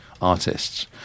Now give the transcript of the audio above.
artists